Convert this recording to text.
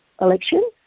election